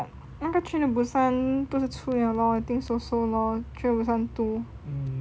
那个 train to busan 不是出了 lor I think so so lor train to busan two